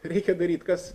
reikia daryt kas